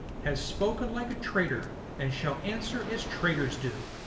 has spoken like a traitor, and shall answer as traitors do.